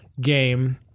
game